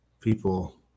people